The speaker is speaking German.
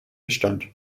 bestand